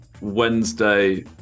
Wednesday